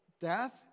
death